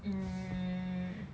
mm